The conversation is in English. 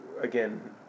again